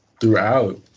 throughout